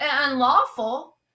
unlawful